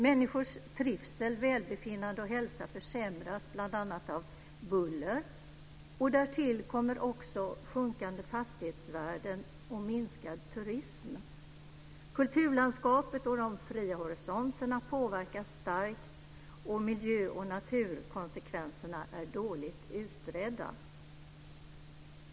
Människors trivsel, välbefinnande och hälsa försämras bl.a. av buller, och därtill kommer också sjunkande fastighetsvärden och minskad turism. Kulturlandskapet och de fria horisonterna påverkas starkt och miljö och naturkonsekvenserna är dåligt utredda.